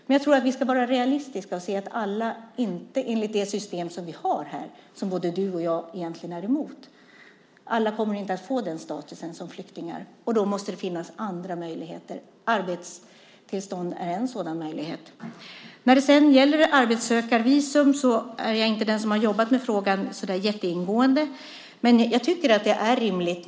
Men jag tror att vi ska vara realistiska och se att alla inte kommer att få status som flyktingar, enligt det system som vi har och som både du och jag egentligen är emot. Då måste det finnas andra möjligheter. Arbetstillstånd är en sådan möjlighet. När det sedan gäller arbetssökarvisum är jag inte den som så där jätteingående har jobbat med frågan. Men jag tycker att det är rimligt.